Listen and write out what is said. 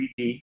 3D